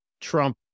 Trump